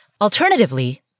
Alternatively